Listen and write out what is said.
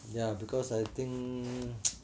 ya because I think